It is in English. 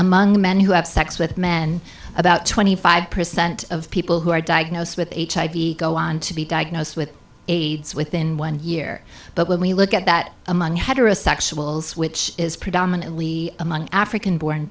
among men who have sex with men about twenty five percent of people who are diagnosed with hiv go on to be diagnosed with aids within one year but when we look at that among heterosexuals which is predominantly among african born